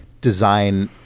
design